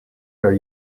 are